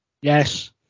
Yes